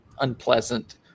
unpleasant